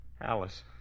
Alice